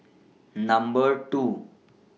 Number two